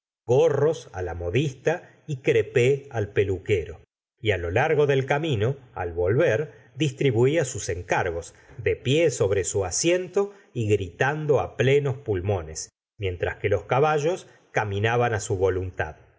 gorros la modista y crepé al peluquero y lo largo del camino al volver distribuía sus encargos de pie sobre su asiento y gritando á plenos pulmones mientras que los caballos caminaban su voluntad